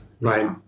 Right